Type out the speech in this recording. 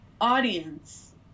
audience